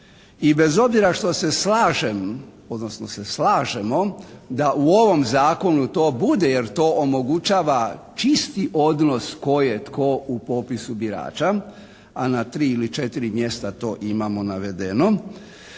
slažem, odnosno se slažemo da u ovom zakonu to bude jer to omogućava čisti odnos tko je tko u popisu birača, a na tri ili četiri mjesta to imamo navedeno.